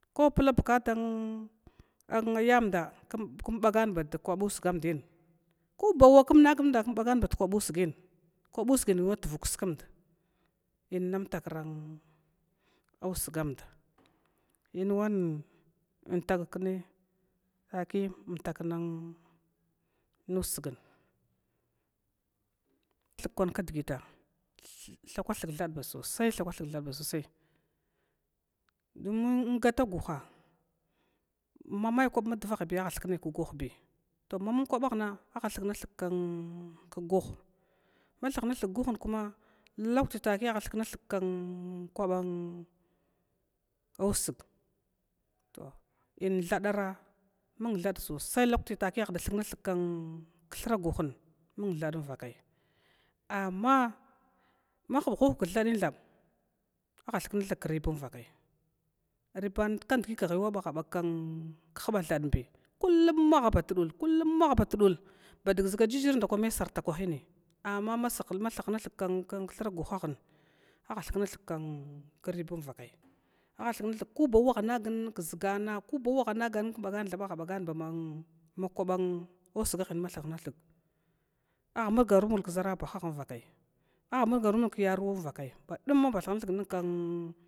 Ko pulabukata yamda kmbagan bad kwaba usgamdin kobawwa km nag nmd km bagan ba kwabusgin, kwabusgin inwatuvuk kskmd inwan mtakra usgamda inwan tagak nai taki umtak nusgna thug kwan kdgita thakwa thgthad basosai thakwathad basosai in gataguhra mame kwab madvahbi athuknai kguhbi to ma mung kwabahna athukan thug guha kwaban usg, to in thadara mung thada susai lakuti taki ata thuklma thug kthra guha, amma mahub nuhubug kthadin thab athukna thug kribmvakay, riban kandgi khbiwaba habag khba thadinbi, kulum ahabar dula kulum ahabat du ba dgʒga jirjir may sartkwahini, ama thukna thug kubau wa nagin kʒagane kubauwanagn kubana bama kwaba usgahin ma athukna thug, amulgaru mulg kʒarabahn mvakai amulg rui mulg mvakai kan.